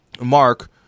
Mark –